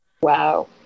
Wow